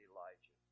Elijah